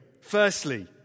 Firstly